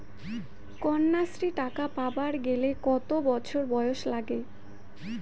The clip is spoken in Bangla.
কন্যাশ্রী টাকা পাবার গেলে কতো বছর বয়স লাগে?